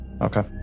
Okay